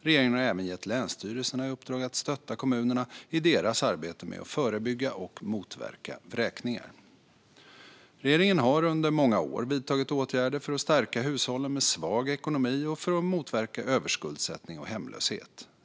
Regeringen har även gett länsstyrelserna i uppdrag att stötta kommunerna i deras arbete med att förebygga och motverka vräkningar. Regeringen har under många år vidtagit åtgärder för att stärka hushåll med svag ekonomi och för att motverka överskuldsättning och hemlöshet.